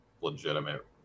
legitimate